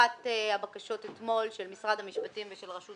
אחת הבקשות אתמול של משרד המשפטים ושל רשות